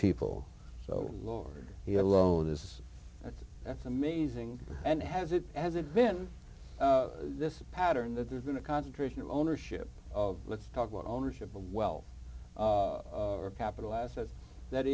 people so lord he alone is that's amazing and has it hasn't been this pattern that there's been a concentration of ownership of let's talk about ownership of well or capital assets that